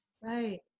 Right